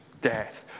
death